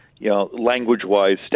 language-wise